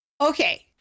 Okay